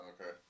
Okay